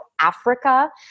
Africa